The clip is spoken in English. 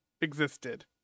Existed